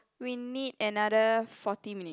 we need another forty minute